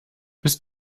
bist